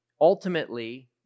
ultimately